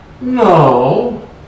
No